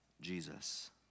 Jesus